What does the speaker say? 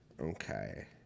Okay